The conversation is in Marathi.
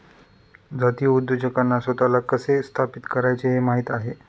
जातीय उद्योजकांना स्वतःला कसे स्थापित करायचे हे माहित आहे